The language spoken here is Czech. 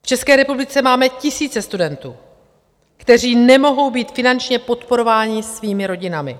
V České republice máme tisíce studentů, kteří nemohou být finančně podporováni svými rodinami.